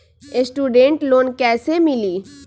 Student loan कैसे मिली?